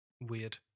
weird